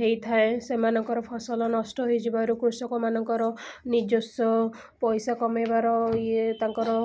ହେଇଥାଏ ସେମାନଙ୍କର ଫସଲ ନଷ୍ଟ ହେଇଯିବାରୁ କୃଷକମାନଙ୍କର ନିଜସ୍ୱ ପଇସା କମାଇବାର ଇଏ ତାଙ୍କର